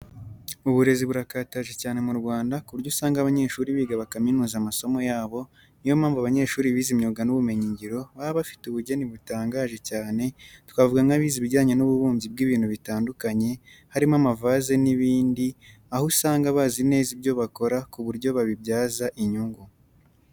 Uburezi burakataje cyane mu Rwanda ku buryo usanga abanyeshuri biga bakaminuza amasomo yabo, ni yo mpamvu abanyeshuri bize imyuga n'ubumenyingiro baba bafite ubugeni butangaje cyane twavuga nk'abize ibijyanye n'ububumbyi bw'ibintu bitandukanye, harimo amavaze n'ibindi aho usanga bazi neza ibyo bakora ku buryo babibyaza inyungu.